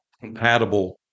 compatible